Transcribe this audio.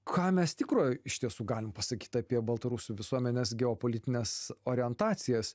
ką mes tikro iš tiesų galim pasakyt apie baltarusių visuomenės geopolitines orientacijas